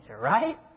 right